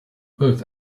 both